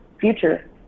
future